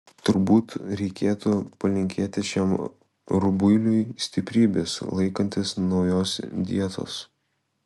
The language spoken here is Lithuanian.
turbūt reikėtų palinkėti šiam rubuiliui stiprybės laikantis naujos dietos